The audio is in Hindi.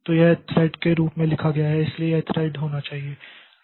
तो यह थ्रेड के रूप में लिखा गया है इसलिए यह थ्रेड होना चाहिए